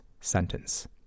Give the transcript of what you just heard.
sentence